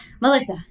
Melissa